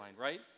right